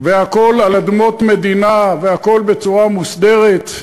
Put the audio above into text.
והכול על אדמות מדינה והכול בצורה מוסדרת.